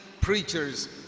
preachers